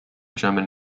german